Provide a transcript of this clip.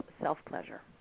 self-pleasure